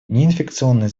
неинфекционные